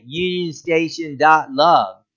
unionstation.love